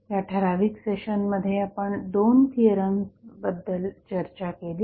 या ठराविक सेशनमध्ये आपण 2 थिअरम्स बद्दल चर्चा केली